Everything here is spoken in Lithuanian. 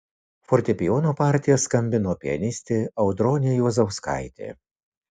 fortepijono partiją skambino pianistė audronė juozauskaitė